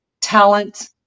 talent